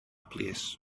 plîs